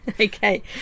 Okay